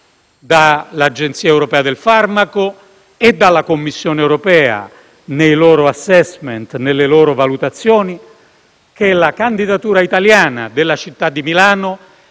dall'Agenzia europea del farmaco e dalla Commissione europea nei loro *assessment*, nelle loro valutazioni - che la candidatura italiana della città di Milano